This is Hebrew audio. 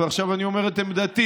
ועכשיו אני אומר את עמדתי,